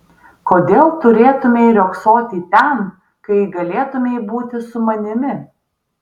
kodėl turėtumei riogsoti ten kai galėtumei būti su manimi